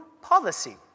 policy